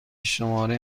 شماره